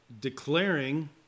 declaring